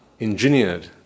engineered